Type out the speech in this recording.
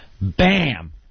Bam